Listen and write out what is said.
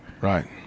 Right